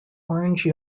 orange